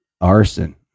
Arson